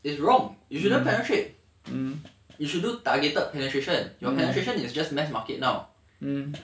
it's wrong you shouldn't penetrate you should do targeted penetration your penetration is just mass market now